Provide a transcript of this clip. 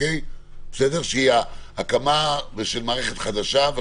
שהיא ההקמה ושל מערכת חדשה,